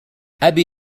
أبي